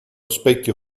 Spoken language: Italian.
specchio